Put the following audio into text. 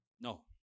No